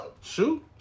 shoot